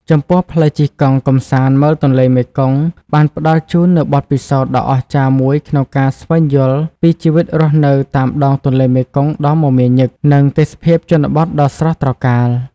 ចំពោះ ផ្លូវជិះកង់ កម្សាន្តមើលទន្លេមេគង្គ បានផ្ដល់ជូននូវបទពិសោធន៍ដ៏អស្ចារ្យមួយក្នុងការស្វែងយល់ពីជីវិតរស់នៅតាមដងទន្លេមេគង្គដ៏មមាញឹក និងទេសភាពជនបទដ៏ស្រស់ត្រកាល។